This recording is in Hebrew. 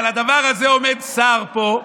על הדבר הזה שר פה,